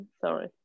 sorry